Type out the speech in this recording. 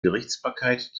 gerichtsbarkeit